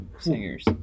singers